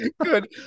Good